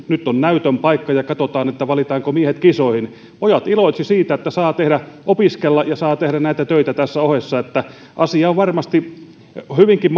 nyt on näytön paikka ja katsotaan valitaanko miehet kisoihin pojat iloitsivat siitä että saavat opiskella ja saavat tehdä näitä töitä tässä ohessa asia on varmasti hyvinkin